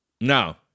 No